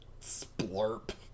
Splurp